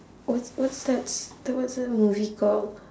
what's what's that's the what's that movie called